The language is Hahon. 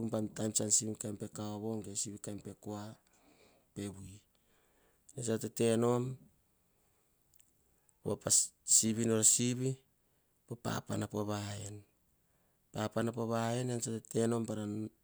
Hubam taim tsan sivi kaim pekauvo ge pe kua e viu. Tenom pasivi papana po waen tetenom varan po hubam vanu. Hubam vanu to petete upas enor. Pemam komana ta komana inu. Tokita tete upa noma vasata hi vovoso pati rekas pemam. Tetenu ka kokomanai po kama tasu pene, sopo komana veni komana pemam o tom naiana vapaese o kuapemam. Kua tsa tasu tsa enor. Kene tsa tete menu po koma ururuana sova ar buanavi nene nau roma pa vore tsuk.